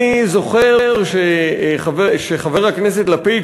אני זוכר שחבר הכנסת לפיד,